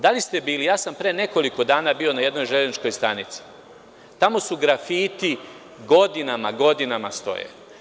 Da li ste bili, ja sam pre nekolik dana bio na jednoj železničkoj stanici, tamo su grafiti godinama, godinama stoje.